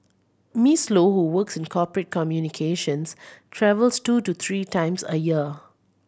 Miss Low who works in corporate communications travels two to three times a year